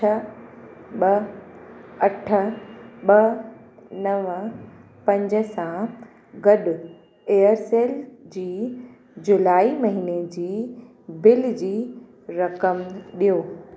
छह ॿ अठ ॿ नव पंज सां गॾु एयरसेल जी जुलाई महीने जी बिल जी रक़म ॾियो